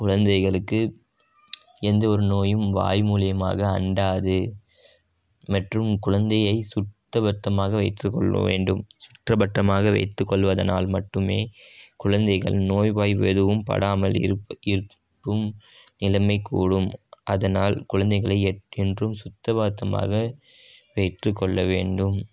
குழந்தைகளுக்கு எந்த ஒரு நோயும் வாய் மூலயமாக அண்டாது மற்றும் குழந்தையை சுத்த பத்தமாக வைத்து கொள்ள வேண்டும் சுத்த பத்தமாக வைத்து கொள்வதனால் மட்டுமே குழந்தைகள் நோய்வாய் எதுவும் படாமல் இருக்கும் இளமைக்கூடும் அதனால் குழந்தைகளை என்றும் சுத்த பத்தமாக வைத்து கொள்ள வேண்டும்